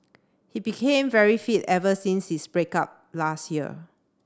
he became very fit ever since his break up last year